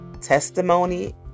testimony